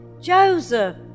Joseph